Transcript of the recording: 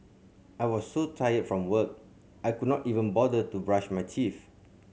I was so tired from work I could not even bother to brush my teeth